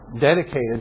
dedicated